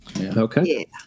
Okay